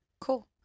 Cool